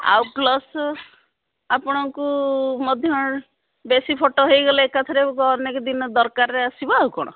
ଆଉ ପ୍ଲସ୍ ଆପଣଙ୍କୁ ମଧ୍ୟ ବେଶୀ ଫଟୋ ହେଇଗଲେ ଏକାଥରେ ନେଇକି ଦିନ ଦରକାରରେ ଆସିବି ବା ଆଉ କ'ଣ